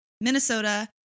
Minnesota